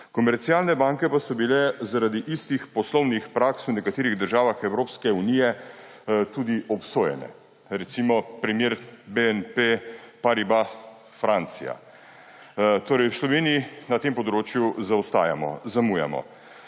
Komercialne banke pa so bile zaradi istih poslovnih praks v nekaterih državah Evropske unije tudi obsojene, recimo, primer BNP Paribas, Francija. Torej, v Sloveniji na tem področju zaostajamo, zamujamo.